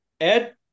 Ed